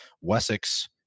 wessex